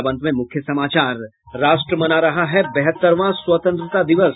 और अब अंत में मुख्य समाचार राष्ट्र मना रहा है बहत्तरवां स्वतंत्रता दिवस